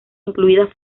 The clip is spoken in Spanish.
incluidas